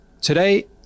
today